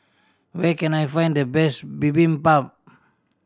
where can I find the best Bibimbap